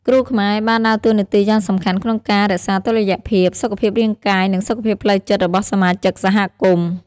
គ្រូខ្មែរបានដើរតួនាទីយ៉ាងសំខាន់ក្នុងការរក្សាតុល្យភាពសុខភាពរាងកាយនិងសុខភាពផ្លូវចិត្តរបស់សមាជិកសហគមន៍។